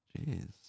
Jeez